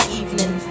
evening